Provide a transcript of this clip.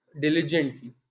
diligently